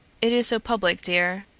it is so public, dear.